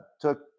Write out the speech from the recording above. took